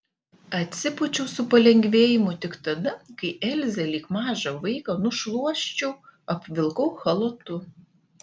atsipūčiau su palengvėjimu tik tada kai elzę lyg mažą vaiką nušluosčiau apvilkau chalatu